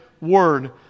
Word